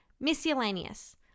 miscellaneous